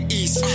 east